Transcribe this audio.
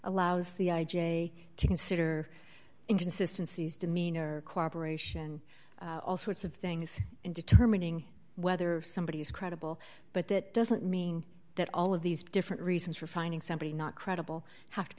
allows the i j a to consider inconsistency his demeanor cooperation all sorts of things in determining whether somebody is credible but that doesn't mean that all of these different reasons for finding somebody not credible have to